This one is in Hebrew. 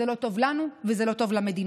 זה לא טוב לנו וזה לא טוב למדינה.